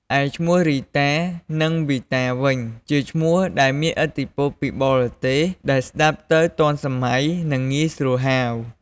ឯឈ្មោះរីតានិងវីតាវិញ ជាឈ្មោះដែលមានឥទ្ធិពលពីបរទេស ដែលស្តាប់ទៅទាន់សម័យ និងងាយស្រួលហៅ។